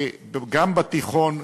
גם בתיכון,